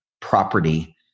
property